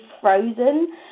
frozen